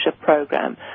program